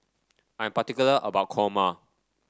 I'm particular about kurma